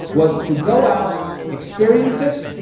was to go out experience it,